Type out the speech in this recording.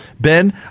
Ben